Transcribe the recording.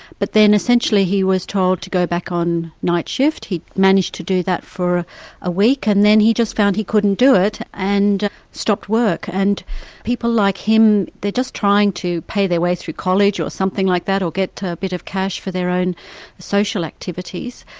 but then essentially he was told to go back on night shift. he managed to do that for a week, and then he just found he couldn't do it, and stopped work. and people like him, they're just trying to pay their way through college or something like that, or get a bit of cash for their own social activities,